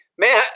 Man